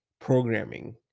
programming